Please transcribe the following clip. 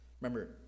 Remember